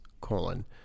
colon